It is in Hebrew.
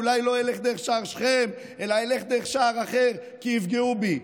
אולי לא אלך דרך שער שכם אלא אלך דרך שער אחר כי יפגעו בי.